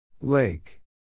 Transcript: Lake